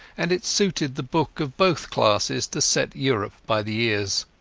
and it suited the book of both classes to set europe by the ears.